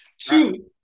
Two